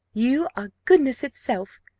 you are goodness itself,